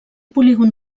polígon